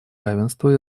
равенства